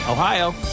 Ohio